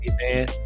man